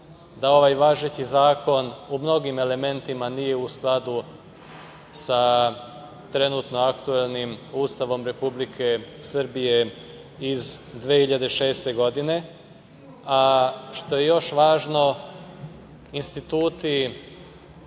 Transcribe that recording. da ovaj važeći zakon u mnogim elementima nije u skladu sa trenutno aktuelnim Ustavom Republike Srbije iz 2006. godine, a što je još važno instituti